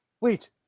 Wait